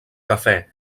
cafè